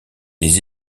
des